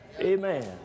Amen